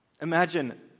Imagine